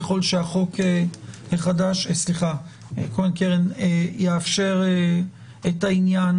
ככל שהחוק החדש יאפשר את העניין